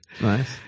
Nice